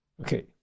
okay